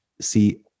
see